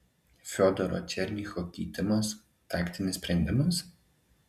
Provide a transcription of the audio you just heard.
fiodoro černycho keitimas taktinis sprendimas